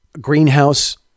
greenhouse